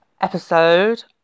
Episode